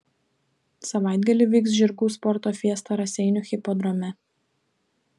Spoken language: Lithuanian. savaitgalį vyks žirgų sporto fiesta raseinių hipodrome